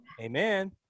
amen